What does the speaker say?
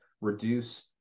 reduce